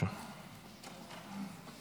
עשר